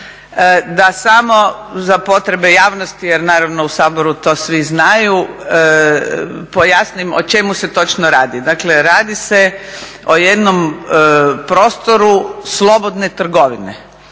Da samo za potrebe javnosti, jer naravno u Saboru to svi znaju pojasnim o čemu se točno radi. Dakle, radi se o jednom prostoru slobodne trgovine.